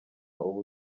ubu